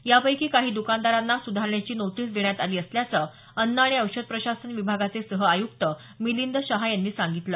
यापैकी काही दुकानदारांना सुधारणेची नोटीस देण्यात आली असल्याचं अन्न आणि औषध प्रशासन विभागाचे सह आयुक्त मिलिंद शहा यांनी सांगितलं